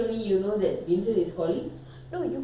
no you got to make the appointment one week in advance